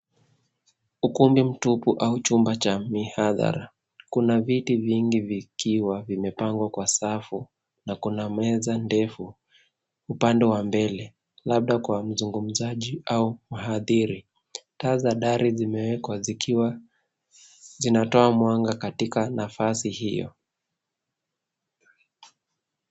Ukumbi mtupu au chumba cha mihadhara. Kuna viti vingi vikiwa vimepangwa kwa safu na kuna meza ndefu upande wa mbele, labda kwa mzungumzaji au mhadhiri. Taa za dari zimewekwa zikiwa zinatoa mwanga katika nafasi hiyo.